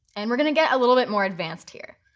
and we're going to get a little bit more advanced here.